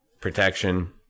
protection